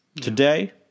Today